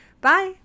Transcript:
Bye